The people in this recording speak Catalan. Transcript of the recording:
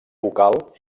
vocal